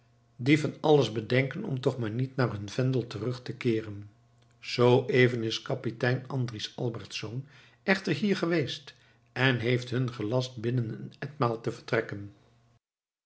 die van alles bedenken om toch maar niet naar hun vendel terug te keeren zoo even is kapitein andries albertz echter hier geweest en heeft hun gelast binnen een etmaal te vertrekken